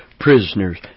prisoners